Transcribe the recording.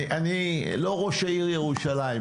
אני לא ראש העיר ירושלים,